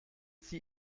sie